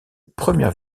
première